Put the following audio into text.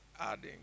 Adding